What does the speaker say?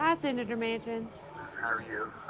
ah senator manchin. how are you?